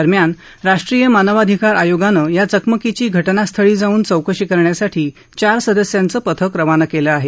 दरम्यान राष्ट्रीय मानधिकार आयोगानं या चकमकीची घजास्थळी जाऊन चौकशी करण्यासाठी चार सदस्यांचं पथक रवाना केलं आहे